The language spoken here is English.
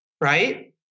right